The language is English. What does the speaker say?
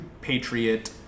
patriot